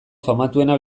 famatuena